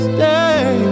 Stay